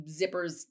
zippers